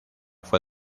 fue